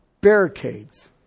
barricades